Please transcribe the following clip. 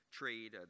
trade